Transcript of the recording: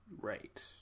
right